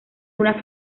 una